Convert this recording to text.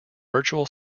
virtual